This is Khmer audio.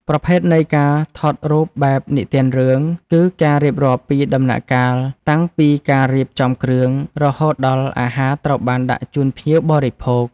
ប្រភេទនៃការថតរូបបែបនិទានរឿង គឺការរៀបរាប់ពីដំណាក់កាលតាំងពីការរៀបចំគ្រឿង រហូតដល់អាហារត្រូវបានដាក់ជូនភ្ញៀវបរិភោគ។